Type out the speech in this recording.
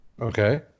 Okay